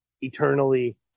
eternally